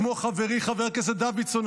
כמו חברי חבר הכנסת דוידסון,